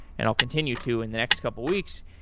and i'll continue to in the next couple of weeks,